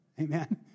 Amen